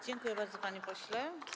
Dziękuję bardzo, panie pośle.